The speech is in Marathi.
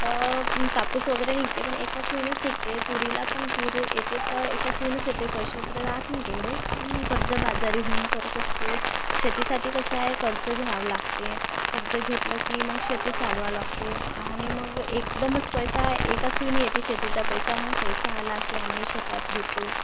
तर कापूस वगैरे निघते पण एका सुईनच निघते तुरीला पण तूर येते तर एका सुईनच येते पैसे वगैरे राहात नाही तेवढे प कर्ज बाजारी होऊन करत असतो शेतीसाठी कसं आहे कर्ज घ्यावं लागते कर्ज घेतलं की मग शेती चालवा लागते आणि मग एकदमच पैसा एका सुईनी येते शेतीचा पैसा मग पैसा आला की आम्ही शेतात देतो